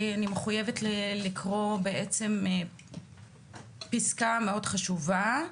אני מחויבת לקרוא פסקה מאוד חשובה,